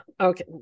okay